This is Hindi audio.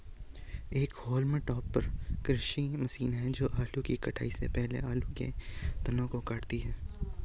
एक होल्म टॉपर कृषि मशीन है जो आलू की कटाई से पहले आलू के तनों को काटती है